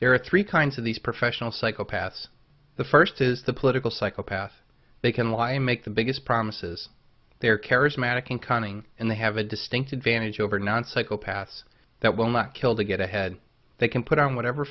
there are three kinds of these professional psychopaths the first is the political psychopath they can lie and make the biggest promises they're charismatic and cunning and they have a distinct advantage over non sexual paths that will not kill to get ahead they can put on whatever